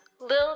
little